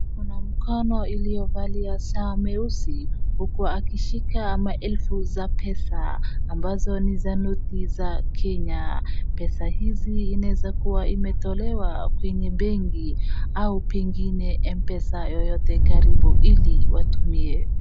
Kuna mkono iliyovalia saa meusi huku akishika maelfu za pesa ambazo ni za noti za kenya pesa hizi inaeza kuwa imetolewa kwenye benki au pengine M-pesa yeyote karibu ili watumie .